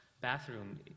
bathroom